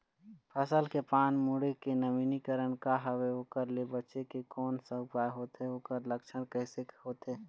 फसल के पान मुड़े के नवीनीकरण का हवे ओकर ले बचे के कोन सा उपाय होथे ओकर लक्षण कैसे होथे?